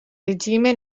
regime